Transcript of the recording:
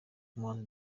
umuhanzi